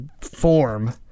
form